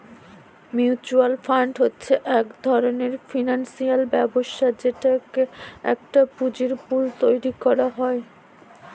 mutual fund হচ্ছে এক ধরনের ফিনান্সিয়াল ব্যবস্থা যেখানে একটা পুঁজির পুল তৈরী করা হয়